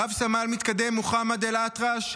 רב-סמל מתקדם מחמד אלאטרש,